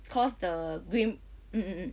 it cause the grim mm mm mm